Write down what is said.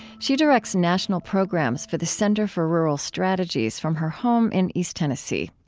she directs national programs for the center for rural strategies, from her home in east tennessee.